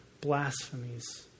blasphemies